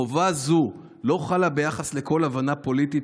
חובה זו לא חלה ביחס לכל הבנה פוליטית,